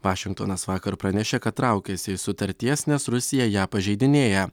vašingtonas vakar pranešė kad traukiasi iš sutarties nes rusija ją pažeidinėja